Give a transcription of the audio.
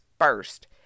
first